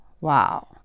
Wow